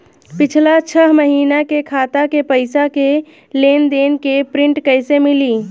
पिछला छह महीना के खाता के पइसा के लेन देन के प्रींट कइसे मिली?